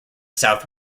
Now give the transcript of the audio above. south